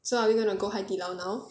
so are we gonna go 海底捞 now